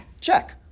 Check